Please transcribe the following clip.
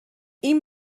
این